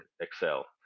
Excel